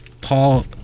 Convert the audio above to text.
Paul